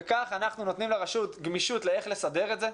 ובכך אנחנו נותנים לרשות גמישות לאיך לסדר את זה.